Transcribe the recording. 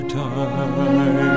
time